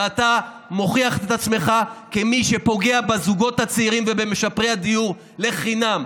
ואתה מוכיח את עצמך כמי שפוגע בזוגות הצעירים ובמשפרי הדיור לחינם.